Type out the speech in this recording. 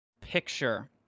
picture